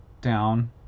down